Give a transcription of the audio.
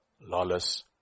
lawless